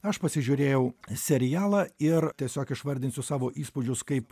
aš pasižiūrėjau serialą ir tiesiog išvardinsiu savo įspūdžius kaip